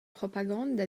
propagande